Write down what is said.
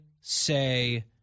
say